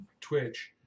Twitch